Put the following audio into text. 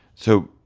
so,